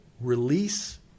release